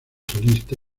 solista